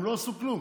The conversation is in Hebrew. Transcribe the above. הם לא עשו כלום,